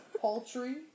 Poultry